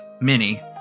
mini